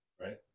Right